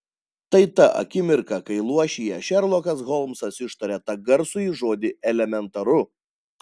tai ta akimirka kai luošyje šerlokas holmsas ištaria tą garsųjį žodį elementaru